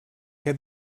què